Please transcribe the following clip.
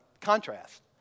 contrast